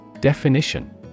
Definition